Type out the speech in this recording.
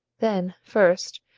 then, first,